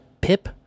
pip